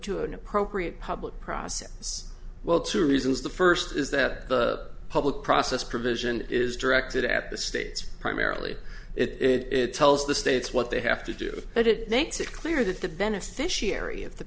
to an appropriate public process well two reasons the first is that the public process provision is directed at the states primarily it tells the states what they have to do but it makes it clear that the beneficiary he of the